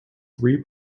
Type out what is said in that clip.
three